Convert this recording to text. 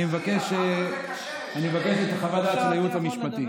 אני מבקש את חוות הדעת של הייעוץ המשפטי.